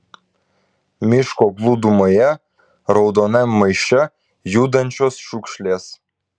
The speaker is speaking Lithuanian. miško glūdumoje raudonam maiše judančios šiukšlės